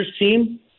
team –